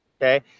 Okay